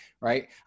right